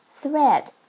Thread